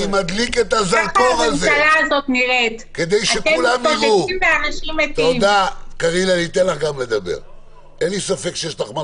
הממשלה יכולה לשבת ולהגיד שיש פה משבר גדול,